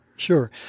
Sure